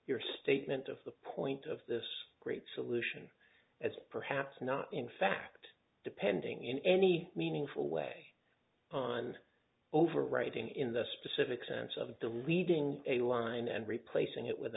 statement of the point of this great solution as perhaps not in fact depending in any meaningful way on overwriting in the specific sense of deleting a line and replacing it with